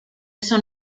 eso